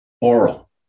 oral